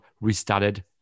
restarted